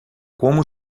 como